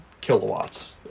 kilowatts